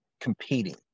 competing